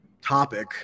topic